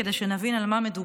כדי שנבין על מה מדובר.